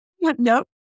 nope